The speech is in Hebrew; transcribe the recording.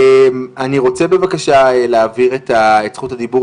אני רוצה בבקשה להעביר את זכות הדיבור